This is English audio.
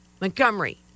Montgomery